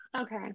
Okay